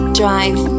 drive